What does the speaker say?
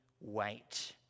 wait